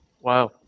Wow